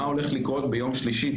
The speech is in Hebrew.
מה הולך לקרות ביום שלישי?